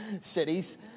cities